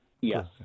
Yes